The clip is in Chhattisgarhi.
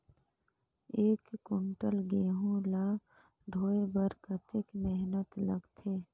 एक कुंटल गहूं ला ढोए बर कतेक मेहनत लगथे?